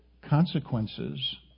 consequences